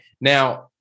now